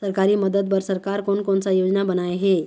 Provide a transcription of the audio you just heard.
सरकारी मदद बर सरकार कोन कौन सा योजना बनाए हे?